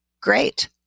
Great